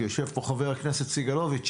כי יושב פה חבר הכנסת סגלוביץ',